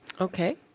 Okay